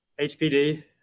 hpd